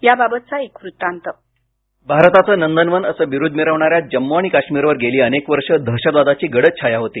याबाबत एक वृत्तांत ध्वनी भारताचं नंदनवन असं बिरूद मिरवणाऱ्या जम्मू आणि काश्मीरवर गेली अनेक वर्ष दहशतवादाची गडद छाया होती